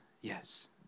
yes